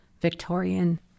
Victorian